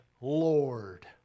Lord